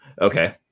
Okay